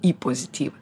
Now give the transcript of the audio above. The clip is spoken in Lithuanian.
į pozityvą